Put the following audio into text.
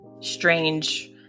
strange